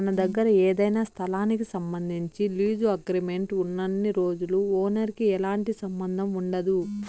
మన దగ్గర ఏదైనా స్థలానికి సంబంధించి లీజు అగ్రిమెంట్ ఉన్నన్ని రోజులు ఓనర్ కి ఎలాంటి సంబంధం ఉండదు